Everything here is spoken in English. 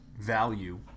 value